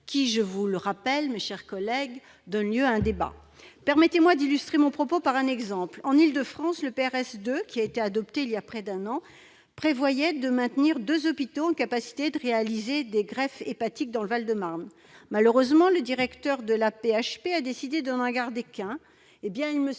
qui, je vous le rappelle, mes chers collègues, donne lieu à un débat. Permettez-moi d'illustrer mon propos par un exemple. En Île-de-France, le PRS 2, adopté voilà près d'un an, prévoyait de maintenir deux hôpitaux en capacité de réaliser des greffes hépatiques dans le Val-de-Marne. Malheureusement, le directeur de l'AP-HP a décidé de n'en garder qu'un. Il serait